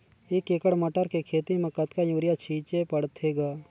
एक एकड़ मटर के खेती म कतका युरिया छीचे पढ़थे ग?